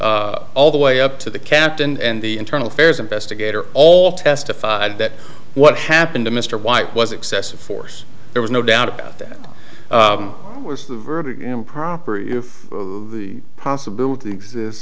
appellants all the way up to the captain and the internal affairs investigator all testified that what happened to mr white was excessive force there was no doubt about that was the verdict improper if the possibility exist